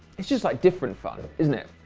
it's just like different fun, isn't it?